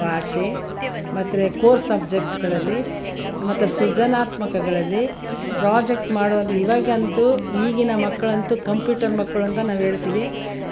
ಭಾಷೆ ಮತ್ತು ಕೋರ್ ಸಬ್ಜೆಕ್ಟ್ಗಳಲ್ಲಿ ಮತ್ತು ಸೃಜನಾತ್ಮಕಗಳಲ್ಲಿ ಪ್ರಾಜೆಕ್ಟ್ ಮಾಡು ಈವಾಗಂತೂ ಈಗಿನ ಮಕ್ಕಳಂತೂ ಕಂಪ್ಯೂಟರ್ ಮಕ್ಕಳು ಅಂತ ನಾವು ಹೇಳ್ತೀವಿ